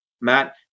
Matt